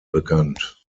bekannt